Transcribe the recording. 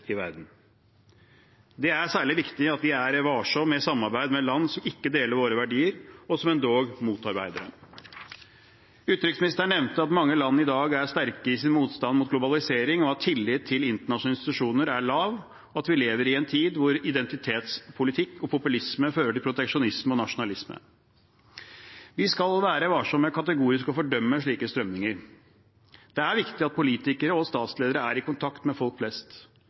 i verden. Det er særlig viktig at vi er varsomme med samarbeid med land som ikke deler våre verdier, og som endog motarbeider dem. Utenriksministeren nevnte at mange land i dag er sterke i sin motstand mot globalisering, at tilliten til internasjonale institusjoner er lav, og at vi lever i en tid da identitetspolitikk og populisme fører til proteksjonisme og nasjonalisme. Vi skal være varsomme med kategorisk å fordømme slike strømninger. Det er viktig at politikere og statsledere er i kontakt med folk flest.